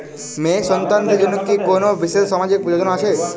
মেয়ে সন্তানদের জন্য কি কোন বিশেষ সামাজিক যোজনা আছে?